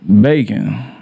Bacon